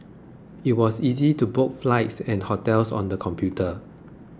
it was easy to book flights and hotels on the computer